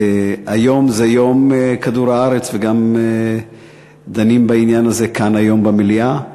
היום זה יום כדור-הארץ וגם דנים בעניין הזה כאן היום במליאה,